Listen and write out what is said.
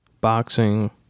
boxing